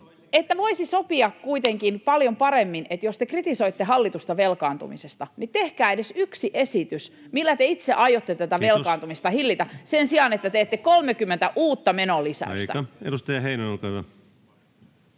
paljon paremmin, että jos te kritisoitte hallitusta velkaantumisesta, niin tehkää edes yksi esitys, millä te itse aiotte tätä velkaantumista [Puhemies: Kiitos!] hillitä sen sijaan, että teette 30 uutta menolisäystä.